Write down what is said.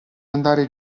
andare